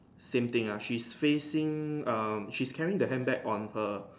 same thing ah she's facing um she's carrying the handbag on her